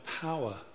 power